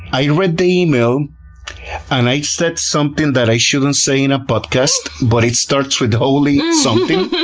i read the email and i said something that i shouldn't say in a podcast, but it starts with holy something.